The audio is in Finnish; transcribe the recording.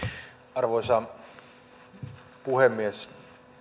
arvoisa puhemies